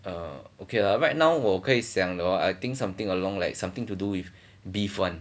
uh okay lah right now 我可以想 hor I think something along like something to do with beef one